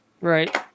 Right